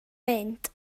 mynd